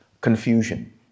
Confusion